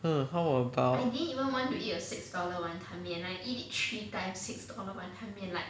hmm how about